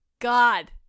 god